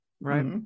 Right